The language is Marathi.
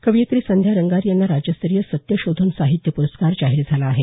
कवयित्री संध्या रंगारी यांना राज्यस्तरीय सत्यशोधक साहित्य प्रस्कार जाहीर झाला आहे